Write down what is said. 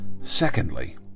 Secondly